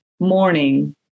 Morning